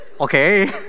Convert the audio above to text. Okay